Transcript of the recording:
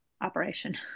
operation